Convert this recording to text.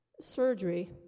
surgery